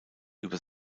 über